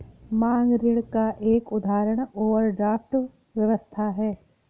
मांग ऋण का एक उदाहरण ओवरड्राफ्ट व्यवस्था है